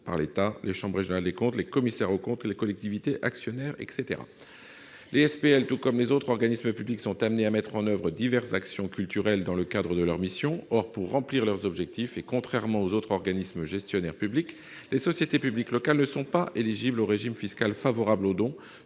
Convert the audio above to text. par l'État, les chambres régionales des comptes, les commissaires aux comptes, les collectivités actionnaires, etc. Les SPL, tout comme les autres organismes publics, sont amenées à mettre en oeuvre diverses actions culturelles dans le cadre de leurs missions. Or, pour remplir leurs objectifs, et contrairement aux autres organismes gestionnaires publics, les sociétés publiques locales ne sont pas éligibles au régime fiscal favorable aux dons,